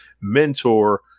mentor